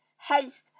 haste